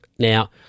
Now